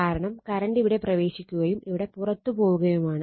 കാരണം കറണ്ട് ഇവിടെ പ്രവേശിക്കുകയും ഇവിടെ പുറത്തു പോവുകയുമാണ്